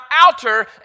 outer